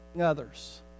others